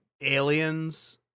aliens